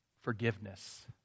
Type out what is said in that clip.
forgiveness